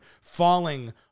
falling